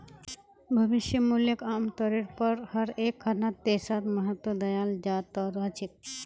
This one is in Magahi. भविष्य मूल्यक आमतौरेर पर हर एकखन देशत महत्व दयाल जा त रह छेक